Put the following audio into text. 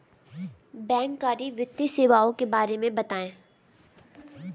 बैंककारी वित्तीय सेवाओं के बारे में बताएँ?